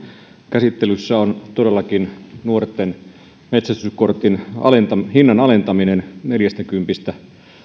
käsittelyssä on todellakin nuorten metsästyskortin hinnan alentaminen kolmestakymmenestäyhdeksästä